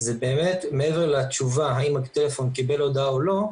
זה באמת מעבר לתשובה האם הטלפון קיבל הודעה או לא,